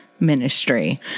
Ministry